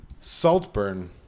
Saltburn